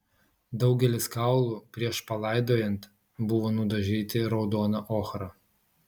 daugelis kaulų prieš palaidojant buvo nudažyti raudona ochra